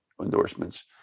endorsements